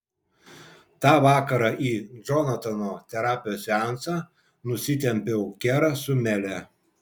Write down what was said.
tą vakarą į džonatano terapijos seansą nusitempiau kerą su mele